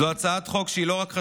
זאת הצעת חוק שהיא לא רק חשובה,